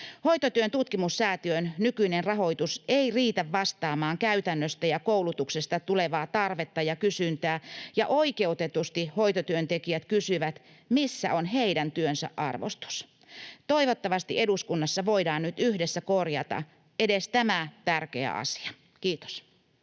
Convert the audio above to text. Hoitotyön tutkimussäätiön nykyinen rahoitus ei riitä vastaamaan käytännöstä ja koulutuksesta tulevaa tarvetta ja kysyntää, ja oikeutetusti hoitotyöntekijät kysyvät, missä on heidän työnsä arvostus. Toivottavasti eduskunnassa voidaan nyt yhdessä korjata edes tämä tärkeä asia. — Kiitos.